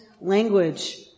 language